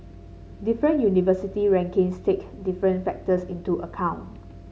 different university rankings take different factors into account